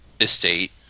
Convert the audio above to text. estate